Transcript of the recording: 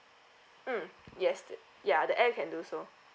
mm yes ya the app can do so